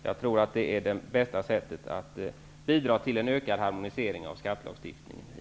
Jag tror att det är det bästa sättet att bidra till en ökad harmonisering av skattelagstiftningen i